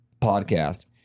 podcast